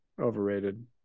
overrated